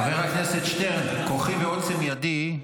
חבר הכנסת שטרן, כוחי ועוצם ידי,